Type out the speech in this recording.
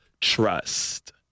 trust